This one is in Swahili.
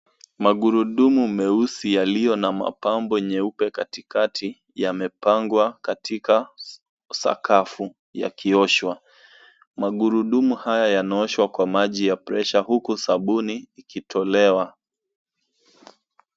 Magurudumu meusi yaliyo na mapambo katikati yamepangwa katika sakafu yakioshwa. Magurudumu haya yanaoshwa kwa maji ya pressure huku sabuni ikitolewa.